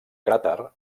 cràter